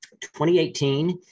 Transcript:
2018